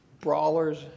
brawlers